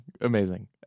Amazing